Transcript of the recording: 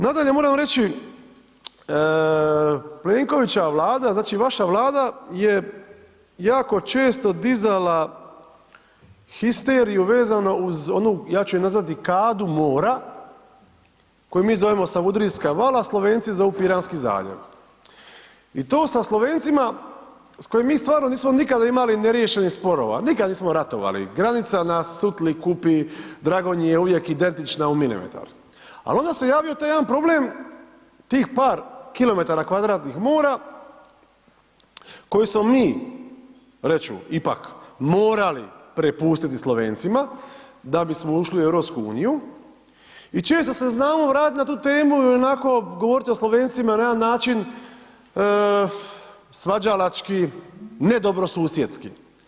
Nadalje, moram reći, Plenkovićeva Vlada, znači, vaša Vlada je jako često dizala histeriju vezano uz onu, ja ću je nazvati dikadu mora koju mi zovemo Savudrijska vala, Slovenci zovu Piranski zaljev i to sa Slovencima s kojim mi stvarno nismo nikada imali neriješenih sporova, nikad nismo ratovali, granica na Sutli, Kupi, Dragonji je uvijek identična u milimetar, a onda se javio taj jedan problem, tih par km2 mora koji smo mi, reći ću ipak, morali prepustiti Slovencima da bismo ušli u EU i često se znamo vratit na tu temu i onako govorit o Slovencima na jedan način svađalački, nedobrosusjedski.